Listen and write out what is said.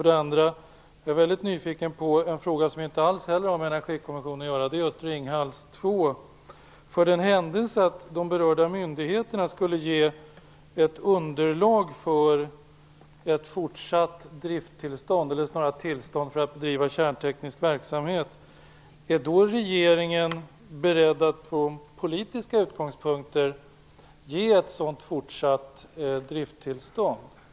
Sedan är jag väldigt nyfiken på en fråga som inte heller har med Energikommissionen att göra, och det gäller Ringhals 2. För den händelse att de berörda myndigheterna skulle ge ett underlag för ett fortsatt tillstånd att bedriva kärnteknisk verksamhet, är regeringen då beredd att från politiska utgångspunkter ge ett sådant driftstillstånd?